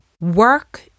work